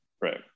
Right